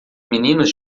meninos